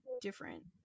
different